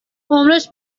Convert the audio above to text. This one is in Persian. عمرش